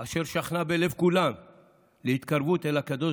אשר שכנה בלב כולם להתקרבות אל הקדוש